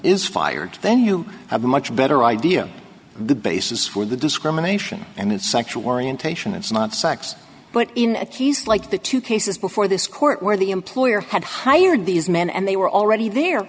is fired then you have a much better idea the basis for the discrimination and it's sexual orientation it's not sex but in a case like the two cases before this court where the employer had hired these men and they were already there